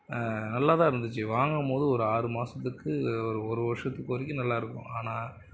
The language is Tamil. நல்லாதான் இருந்துச்சு வாங்கும்போது ஒரு ஆறு மாதத்துக்கு ஒரு வருஷத்து வரைக்கும் நல்லாயிருக்கும் ஆனால்